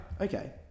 Okay